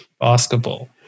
basketball